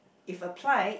if applied